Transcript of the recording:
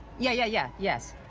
yeah yeah yeah, yes.